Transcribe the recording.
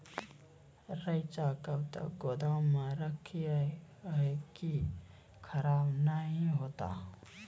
रईचा कब तक गोदाम मे रखी है की खराब नहीं होता?